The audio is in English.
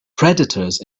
predators